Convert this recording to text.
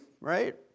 right